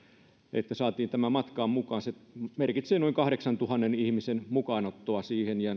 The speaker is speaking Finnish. että saatiin tämä matkaan mukaan se merkitsee noin kahdeksantuhannen ihmisen mukaanottoa siihen ja